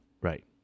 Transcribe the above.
Right